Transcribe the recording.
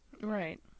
right